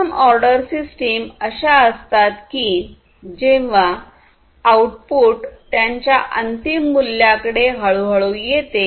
प्रथम order system अशा असतात की जेव्हा आउटपुट त्याच्या अंतिम मूल्याकडे हळूहळू येते